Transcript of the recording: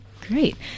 Great